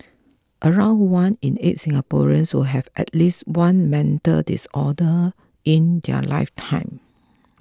around one in eight Singaporeans will have at least one mental disorder in their lifetime